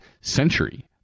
century